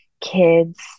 kids